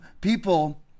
people